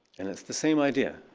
and it's the same idea.